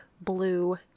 blue